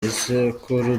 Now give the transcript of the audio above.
gisekuru